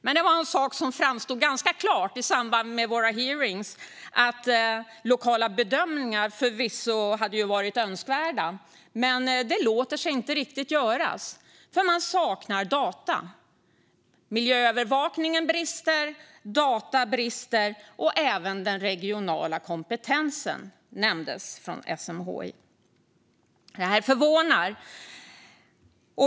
Men det var en sak som framstod ganska klart i samband med våra hearings: Lokala bedömningar hade förvisso varit önskvärda. Men de låter sig inte riktigt göras, för man saknar data. Miljöövervakningen brister. Data brister. Även den regionala kompetensen nämndes från SMHI. Detta förvånar.